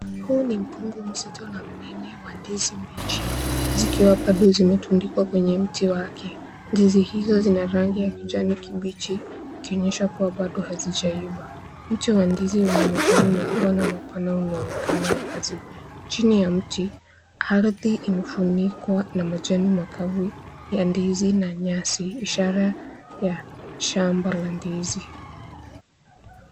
Huu ni mkungu mzito na mnene wa ndizi mbichi zikiwa bado zimetundikwa kwenye mti wake . Ndizi hizo zina rangi ya kijani kibichi ikionyesha kuwa bado hazijaiva . Mti wa ndizi wenye majani makubwa na mapana unaonekana wazi . Chini ya mti ardhi imefunikwa na majani makavu ya ndizi na nyasi ishara ya shamba la ndizi.